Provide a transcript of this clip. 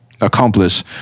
accomplice